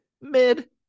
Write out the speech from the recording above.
Mid